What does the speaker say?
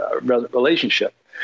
relationship